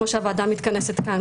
כמו שהוועדה מתכנסת כאן.